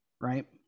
right